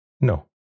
No